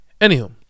Anywho